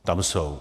Tam jsou!